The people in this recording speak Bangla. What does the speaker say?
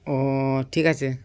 ও ঠিক আছে